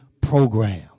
program